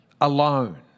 alone